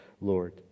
Lord